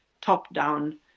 top-down